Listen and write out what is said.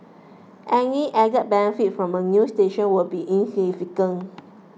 any added benefit from a new station will be insignificant